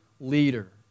leader